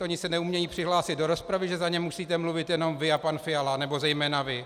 Oni se neumějí přihlásit do rozpravy, že za ně musíte mluvit jenom vy a pan Fiala, nebo zejména vy?